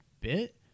bit